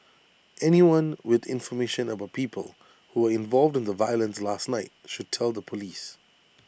anyone with information about people who were involved in the violence last night should tell the Police